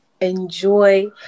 Enjoy